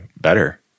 better